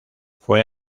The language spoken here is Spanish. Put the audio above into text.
fue